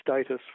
status